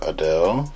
Adele